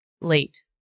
late